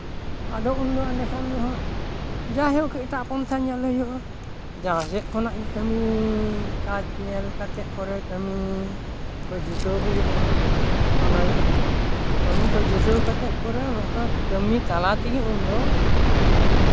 ᱟᱫᱚ ᱩᱱᱫᱚ ᱮᱰᱮ ᱠᱷᱟᱱ ᱫᱚᱦᱟᱜ ᱡᱟᱭ ᱦᱳᱠ ᱮᱴᱟᱜ ᱯᱚᱱᱛᱷᱟ ᱧᱮᱞ ᱦᱩᱭᱩᱜᱼᱟ ᱡᱟᱦᱟᱸ ᱥᱮᱫ ᱠᱷᱚᱱᱟᱜ ᱜᱮ ᱠᱟᱹᱢᱤ ᱠᱟᱡᱽ ᱧᱮᱞ ᱠᱟᱛᱮᱜ ᱯᱚᱨᱮ ᱠᱟᱹᱢᱤ ᱠᱚ ᱡᱩᱴᱟᱹᱣ ᱦᱩᱭᱩᱜᱼᱟ ᱚᱱᱟ ᱠᱟᱹᱢᱤ ᱠᱚ ᱡᱩᱴᱟᱹᱣ ᱠᱟᱛᱮᱜ ᱯᱚᱨᱮ ᱚᱱᱠᱟ ᱠᱟᱹᱢᱤ ᱛᱟᱞᱟ ᱛᱮᱜᱮ ᱩᱱᱫᱚ